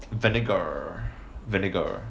vinegar vinegar